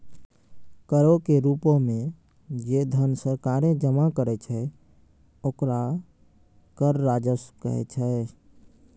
करो के रूपो मे जे धन सरकारें जमा करै छै ओकरा कर राजस्व कहै छै